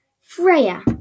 Freya